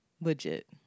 Legit